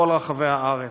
בכל רחבי הארץ.